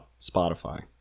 Spotify